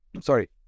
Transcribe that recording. sorry